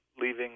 leaving